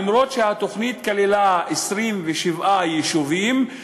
אפילו שהתוכנית כללה 27 יישובים,